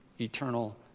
eternal